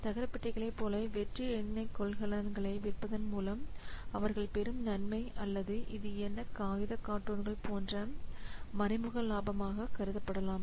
தகர பெட்டிகளை போலவே வெற்று எண்ணை கொள்கலன்களை விற்பதன் மூலம் அவர்கள் பெரும் நன்மை அல்லது இது என்ன காகித கார்ட்டூன்கள் போன்றவை மறைமுக லாபமாக கருதப்படலாம்